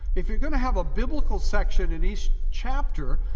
if you're going to have a biblical section in each chapter,